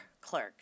clerk